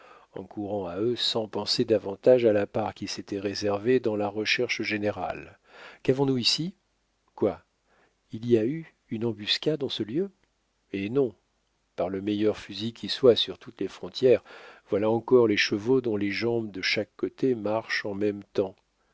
en courant à eux sans penser davantage à la part qu'il s'était réservée dans la recherche générale qu'avons nous ici quoi il y a eu une embuscade en ce lieu eh non par le meilleur fusil qui soit sur toutes les frontières voilà encore les chevaux dont les jambes de chaque côté marchent en même temps